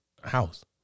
House